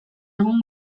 egun